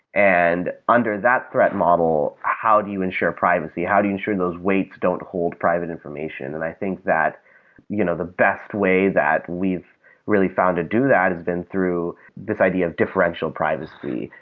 and under that threat model, how do you ensure privacy? how do you ensure those weights don't hold private information? and i think that you know the best way that we've really found to do that has been through this idea of differential privacy,